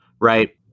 right